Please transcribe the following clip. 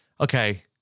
Okay